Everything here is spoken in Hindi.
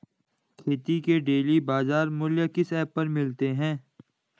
खेती के डेली बाज़ार मूल्य किस ऐप पर मिलते हैं?